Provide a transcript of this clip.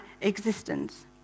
existence